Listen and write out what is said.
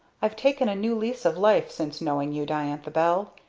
i've taken a new lease of life since knowing you, diantha bell!